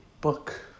book